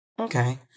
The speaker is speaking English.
Okay